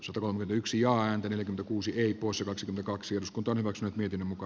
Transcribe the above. suomen yksi ja häntä eli kuusi hypo satayksi kaksi uskontomenoissa miten muka